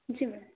जी ma'am